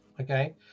okay